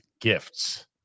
gifts